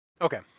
Okay